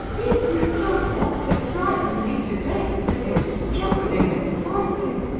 if you don't want to frighten me to death, with your struggling and fighting